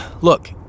Look